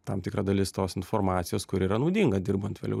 tam tikra dalis tos informacijos kuri yra naudinga dirbant vėliau